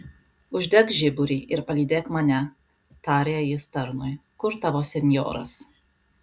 uždek žiburį ir palydėk mane tarė jis tarnui kur tavo senjoras